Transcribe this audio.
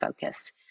focused